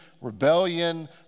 Rebellion